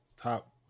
Top